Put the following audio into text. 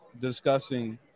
discussing